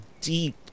deep